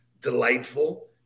Delightful